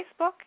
facebook